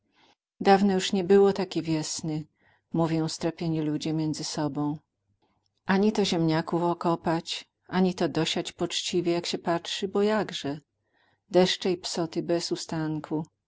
dawno już nie było takie wiesny mówią strapieni ludzie między sobą ani to ziemniaków okopać ani to dosiać poczciwie jak się patrzy bo jakże deszcze i psoty bez ustanku